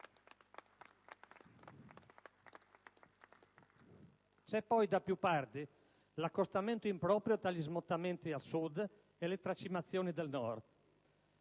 C'è poi da più parti l'accostamento improprio tra gli smottamenti al Sud e le tracimazioni al Nord.